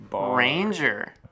ranger